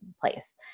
place